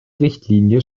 richtlinie